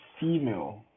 Female